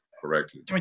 correctly